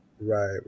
Right